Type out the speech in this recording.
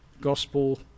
gospel